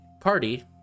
party